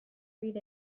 read